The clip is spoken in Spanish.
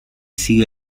sigue